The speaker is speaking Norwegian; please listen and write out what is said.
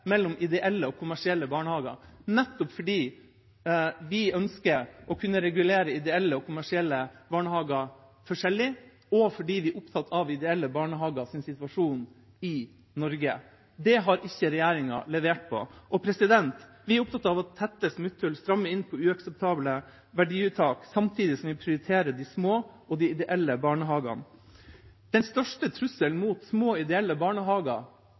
mellom ideelle og kommersielle barnehager, nettopp fordi vi ønsker å kunne regulere ideelle og kommersielle barnehager forskjellig, og fordi vi er opptatt av de ideelle barnehagenes situasjon i Norge. Det har ikke regjeringa levert på. Og vi er opptatt av å tette smutthull, stramme inn på uakseptable verdiuttak, samtidig som vi prioriterer de små og ideelle barnehagene. Den største trusselen mot små, ideelle barnehager